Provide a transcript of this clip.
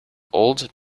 old